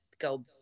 go